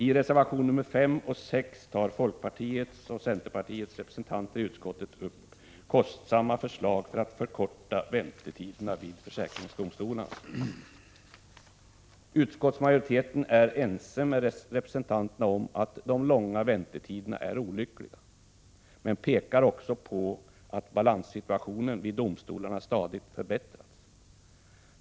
I reservationerna 5 och 6 tar folkpartiets och centerpartiets representanter i utskottet upp kostsamma förslag för att förkorta väntetiderna vid försäkringsdomstolarna. Utskottsmajoriteten är ense med reservanterna om att de långa väntetiderna är olyckliga, men pekar också på att balanssituationen vid domstolarna stadigt förbättras.